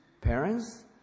parents